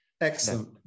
excellent